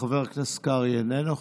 חבר הכנסת קרעי, איננו.